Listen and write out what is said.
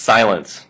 Silence